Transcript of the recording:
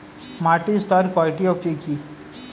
মাটির স্তর কয়টি ও কি কি?